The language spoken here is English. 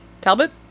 talbot